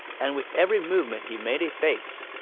and with every movement he made a face.